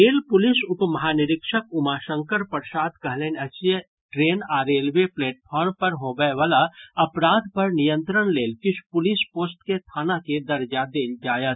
rail police उपमहानिरीक्षक उमाशंकर प्रसाद कहलनि अछि जे ट्रेन आ रेलवे प्लेटफार्म पर होबय वला अपराध पर नियंत्रण लेल किछु पुलिस पोस्ट के थाना के दर्जा देल जायत